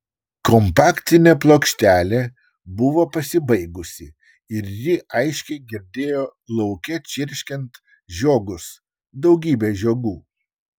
kompaktinė plokštelė buvo pasibaigusi ir ji aiškiai girdėjo lauke čirškiant žiogus daugybę žiogų